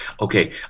okay